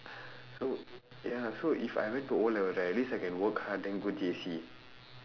so ya so if I went to O levels right at least I can work hard then go J_C